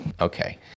Okay